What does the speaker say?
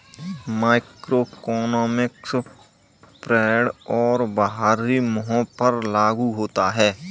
macroeconomics पर्यावरण और बाहरी मुद्दों पर लागू होता है